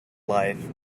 life